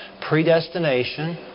predestination